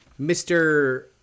mr